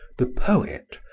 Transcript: the poet,